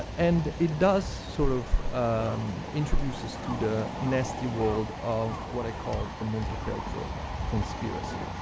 and it does sort of introduce us to the nasty world of what i call the montefeltro conspiracy.